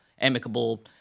amicable